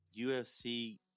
UFC